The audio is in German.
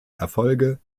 erfolge